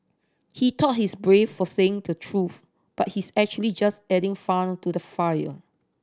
he thought he's brave for saying the truth but he's actually just adding fuel to the fire